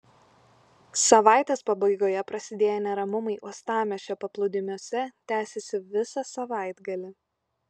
savaitės pabaigoje prasidėję neramumai uostamiesčio paplūdimiuose tęsėsi visą savaitgalį